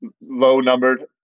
Low-numbered